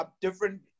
different